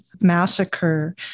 massacre